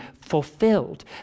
fulfilled